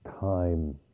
time